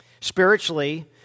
Spiritually